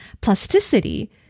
plasticity